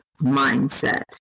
Mindset